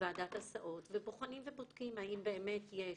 הסעות ובוחנים ובודקים האם באמת יש